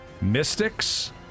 Mystics